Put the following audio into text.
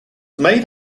made